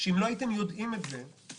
שאם לא הייתם יודעים את זה בקואליציה,